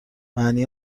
معنی